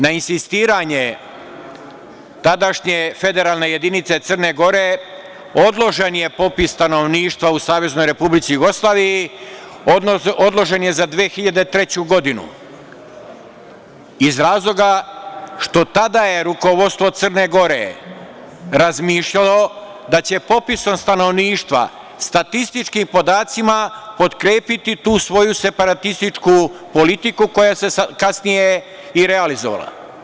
Na insistiranje tadašnje federalne jedinice Crne Gore, odložen je popis stanovništva u SRJ, odložen je za 2003. godinu, iz razloga što je tadašnje rukovodstvo Crne Gore razmišljalo da će popisom stanovništva statističkim podacima potkrepiti tu svoju separatističku politiku koja se kasnije i realizovala.